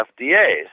FDA